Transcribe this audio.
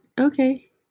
Okay